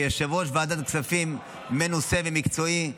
כיושב-ראש ועדת הכספים מנוסה ומקצועי,